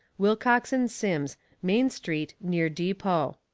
wilcox and simms main street, near depot